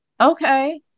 Okay